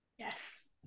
Yes